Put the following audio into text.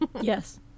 yes